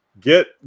get